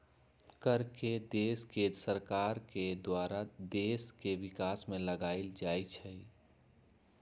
कर के देश के सरकार के द्वारा देश के विकास में लगाएल जाइ छइ